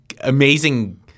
amazing